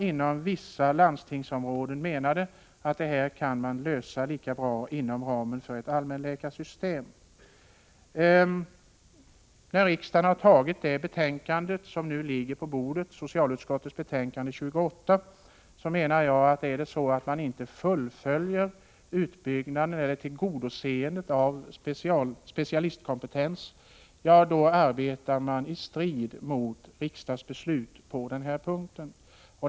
Inom vissa landstingsområden anser man att man kan klara gynekologin lika bra inom ramen för ett allmänläkarsystem. Om man efter det att beslut fattats om socialutskottets betänkande 28 inte fullföljer utbyggnaden eller tillgodoseendet av specialistkompetens då arbetar man i strid mot riksdagsbeslut på denna punkt.